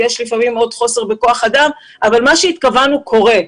לפעמים יש חוסר בכוח אדם אבל מה שהתכוונו, קורה.